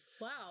Wow